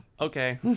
okay